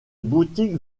boutique